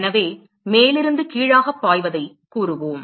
எனவே மேலிருந்து கீழாகப் பாய்வதைக் கூறுவோம்